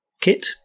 kit